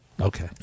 Okay